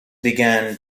began